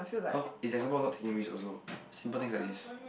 !huh! it's example of not taking risk also simple things like this